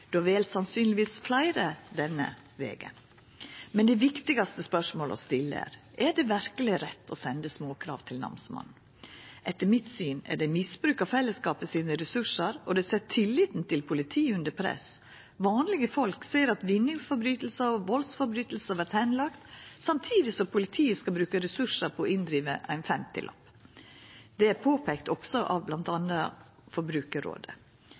då vel sannsynlegvis fleire denne vegen. Men det viktigaste spørsmålet å stilla er: Er det verkeleg rett å senda småkrav til namsmannen? Etter mitt syn er det misbruk av ressursane til fellesskapet, og det set tilliten til politiet under press. Vanlege folk ser at vinningsbrotsverk og valdsbrotsverk vert lagde bort, samtidig som politiet skal bruka ressursar på å driva inn ein femtilapp. Dette er også påpeika av